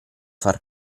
far